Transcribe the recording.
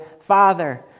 Father